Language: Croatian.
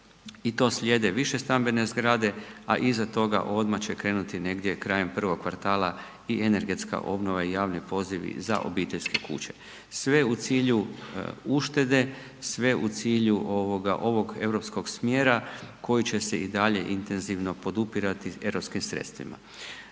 i to slijede višestambene zgrade, a iza toga odmah će krenuti negdje krajem prvog kvartala i energetska obnova i javni pozivi za obiteljske kuće, sve u cilju uštede, sve u cilju ovog europskog smjera koji će se i dalje intenzivno podupirati europskim sredstvima.